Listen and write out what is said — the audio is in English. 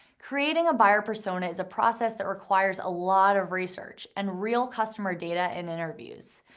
creating a buyer persona is a process that requires a lot of research and real customer data and interviews.